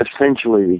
essentially